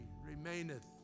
remaineth